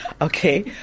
Okay